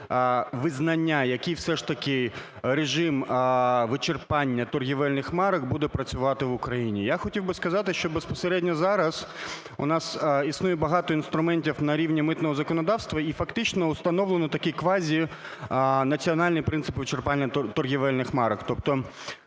визнання, який все ж таки режим вичерпання торгівельних марок буде працювати в Україні? Я хотів би сказати, що безпосередньо зараз у нас існує багато інструментів на рівні митного законодавства. І фактично встановлено такий квазінаціональний принцип вичерпання торгівельних марок.